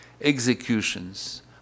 executions